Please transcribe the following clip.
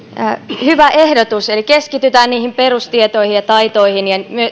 hyvä ehdotus eli keskitytään niihin perustietoihin ja taitoihin